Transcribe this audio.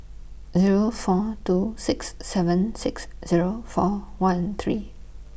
Zero four two six seven six Zero four one three